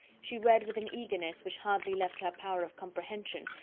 she read with an eagerness which hardly left her power of comprehension,